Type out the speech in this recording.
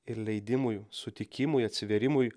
ir leidimui sutikimui atsivėrimui